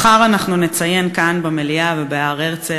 מחר אנחנו נציין כאן במליאה ובהר-הרצל